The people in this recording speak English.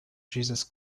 jesus